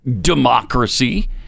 democracy